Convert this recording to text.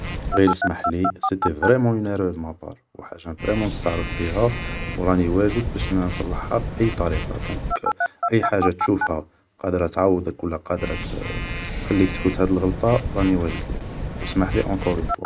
غير سماحلي, سيتي فريمون اون ايرور دو ما بار, و حاجا فريمون نستعرف بيها و راني واجد باش نصلحها باي طريقة, دونك أي حاجة تشوفها قادرة تعوضك و لا قادرة تخليك تفوت هاد الغلطة راني واجد ليها, و سمحلي اونكور اون فوا